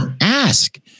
ask